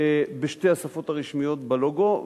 בשתי השפות הרשמיות בלוגו,